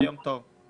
מאה אחוז.